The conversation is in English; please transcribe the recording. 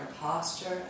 posture